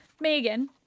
Megan